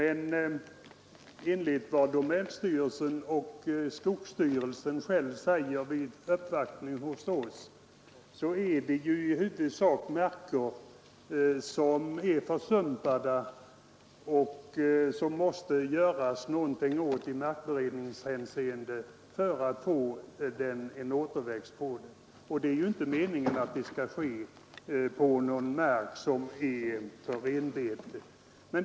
Enligt vad domänstyrelsen och skogsstyrelsen sagt vid uppvaktning hos oss gäller det i huvudsak marker som är försumpade och som man måste göra någonting åt i markberedningshänseende för att få en återväxt på dem. Det är ju i princip inte meningen att detta skall ske på någon mark som är för renbete.